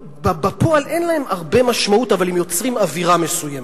שבפועל הרי אין להם הרבה משמעות אבל הם יוצרים אווירה מסוימת,